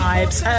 Vibes